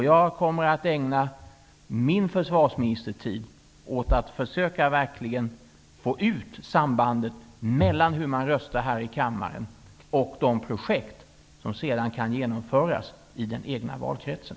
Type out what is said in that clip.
Jag kommer att ägna min försvarsministertid åt att verkligen försöka klargöra sambandet mellan hur man röstar här i kammaren och vilka projekt som sedan kan genomföras i den egna valkretsen.